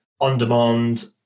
on-demand